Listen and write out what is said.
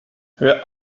hör